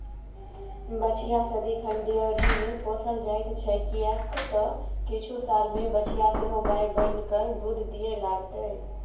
बछिया सदिखन डेयरीमे पोसल जाइत छै किएक तँ किछु सालमे बछिया सेहो गाय बनिकए दूध दिअ लागतै